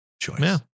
choice